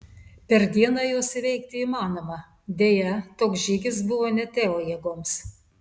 per dieną juos įveikti įmanoma deja toks žygis buvo ne teo jėgoms